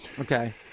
Okay